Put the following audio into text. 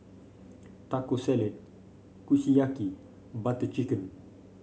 Taco Salad Kushiyaki Butter Chicken